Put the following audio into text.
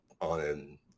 on